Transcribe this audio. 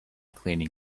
cleaning